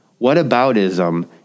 Whataboutism